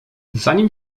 zanim